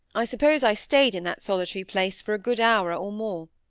i suppose i stayed in that solitary place for a good hour or more,